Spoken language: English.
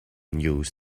news